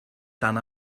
dan